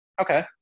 Okay